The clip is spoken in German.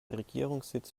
regierungssitz